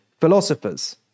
philosophers